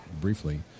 briefly